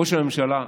ראש הממשלה,